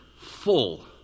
full